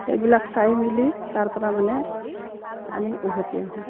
সেইবিলাক চাই মেলি তাৰপৰা মানে আমি উভতি আহোঁ